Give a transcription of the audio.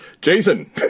Jason